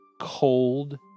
cold